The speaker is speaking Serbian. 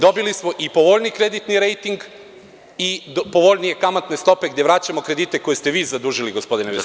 dobili smo i povoljniji kreditni rejting i povoljnije kamatne stope, gde vraćamo kredite koje ste vi zadužili, gospodine Veselinoviću.